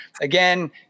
again